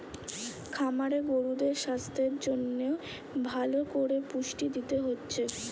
খামারে গরুদের সাস্থের জন্যে ভালো কোরে পুষ্টি দিতে হচ্ছে